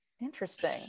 interesting